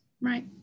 Right